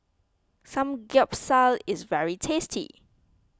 Samgeyopsal is very tasty